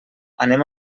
anem